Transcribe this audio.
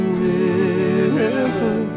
river